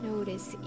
Notice